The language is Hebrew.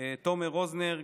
תומר רוזנר,